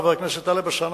חבר הכנסת טלב אלסאנע,